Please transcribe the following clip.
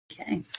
Okay